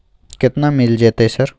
केतना मिल जेतै सर?